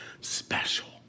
special